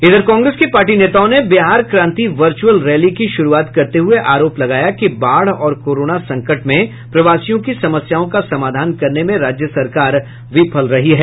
इधर कांग्रेस के पार्टी नेताओं ने बिहार क्रांति वर्चुअल रैली की शुरूआत करते हुए आरोप लगाया कि बाढ़ और कोरोना संकट में प्रवासियों की समस्याओं का समाधान करने में राज्य सरकार विफल रही है